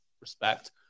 respect